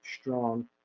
strong